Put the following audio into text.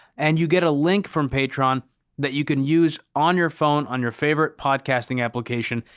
and you get a link from patreon that you can use on your phone, on your favorite podcasting application,